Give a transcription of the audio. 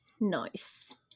nice